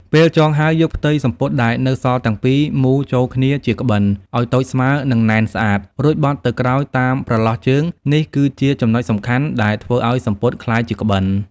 ពេលចងហើយយកផ្ទៃសំពត់ដែលនៅសល់ទាំងពីរមូរចូលគ្នាជាក្បិនឲ្យតូចស្មើរនិងណែនស្អាតរួចបត់ទៅក្រោយតាមប្រឡោះជើង នេះគឺជាចំណុចសំខាន់ដែលធ្វើអោយសំពត់ក្លាយជាក្បិន។